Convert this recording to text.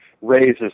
raises